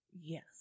Yes